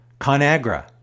ConAgra